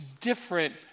different